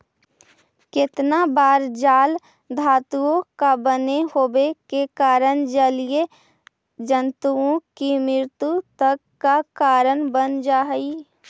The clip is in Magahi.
केतना बार जाल धातुओं का बने होवे के कारण जलीय जन्तुओं की मृत्यु तक का कारण बन जा हई